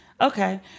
okay